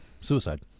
suicide